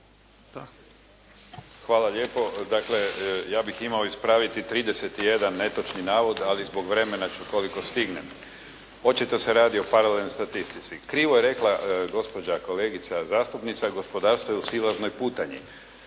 Hvala lijepo. Dakle, ja bih imao ispraviti 31 netočni navod, ali zbog vremena ću koliko stignem. Očito se radi o paralelnoj statistici. Krivo je rekla gospođa kolegica zastupnica. Gospodarstvo je u silaznoj putanji.